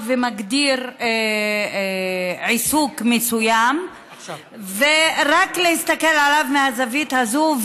ומגדירים עיסוק מסוים ולהסתכל עליו רק מהזווית הזאת,